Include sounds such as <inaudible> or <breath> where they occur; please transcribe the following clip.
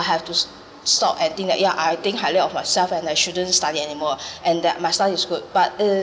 I have to stop acting that yeah I think highly of myself and I shouldn't study anymore <breath> and that my son is good but it